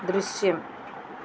ദൃശ്യം